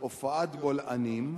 הופעת בולענים,